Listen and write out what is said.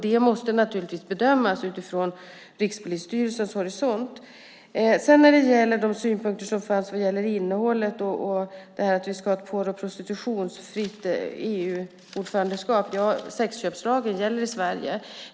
Det måste bedömas utifrån Rikspolisstyrelsens horisont. När det gäller de synpunkter som fanns om innehållet och att vi ska ha ett prostitutionsfritt EU-ordförandeskap gäller sexköpslagen i Sverige.